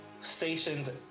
stationed